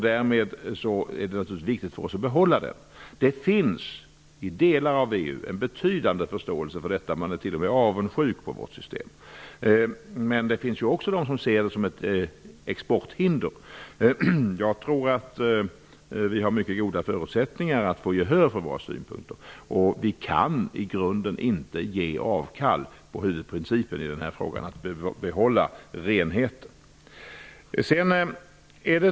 Därmed är det naturligtvis viktigt att behålla den. I delar av EU finns det en betydande förståelse för detta. Man är t.o.m. avundsjuk på vårt system. Det finns också de som ser detta som ett exporthinder. Jag tror att vi har mycket goda förutsättningar för att få gehör för våra synpunkter. Vi kan i grunden inte ge avkall på huvudprincipen när det gäller att behålla renheten.